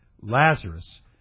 Lazarus